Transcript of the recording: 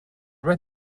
read